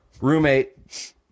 Roommate